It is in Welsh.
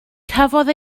cafodd